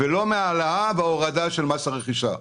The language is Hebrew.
ולא מהעלאה וההורדה של מס הרכישה.